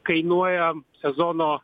kainuoja sezono